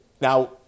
now